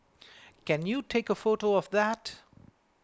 can you take a photo of that